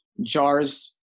jars